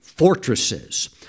fortresses